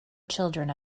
children